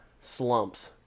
slumps